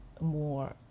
more